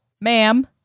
ma'am